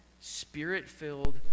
spirit-filled